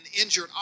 injured